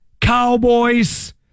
Cowboys